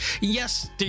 yes